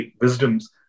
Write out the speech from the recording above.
wisdoms